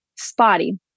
Spotty